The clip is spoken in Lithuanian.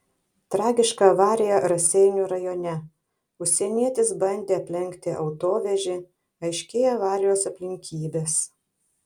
tragiška avarija raseinių rajone užsienietis bandė aplenkti autovežį aiškėja avarijos aplinkybės